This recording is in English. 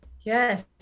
Yes